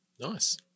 nice